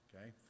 Okay